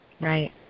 Right